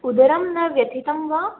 उदरं न व्यथितं वा